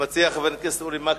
המציע, חבר הכנסת אורי מקלב,